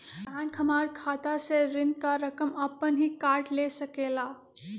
Bank हमार खाता से ऋण का रकम अपन हीं काट ले सकेला?